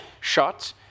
shot